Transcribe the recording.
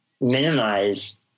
minimize